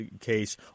case